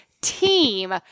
team